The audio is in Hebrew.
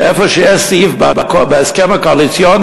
איפה שיש סעיף בהסכם הקואליציוני,